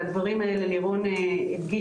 ואת והדברים האלה לירון הדגישה.